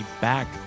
back